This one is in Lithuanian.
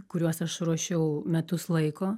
kuriuos aš ruošiau metus laiko